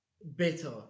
better